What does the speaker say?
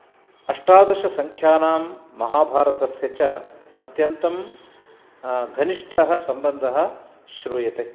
अष्टादशसङ्ख्यानां महाभारतस्य च अत्यन्तं घनिष्ठः सम्बन्धः श्रूयते